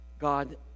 God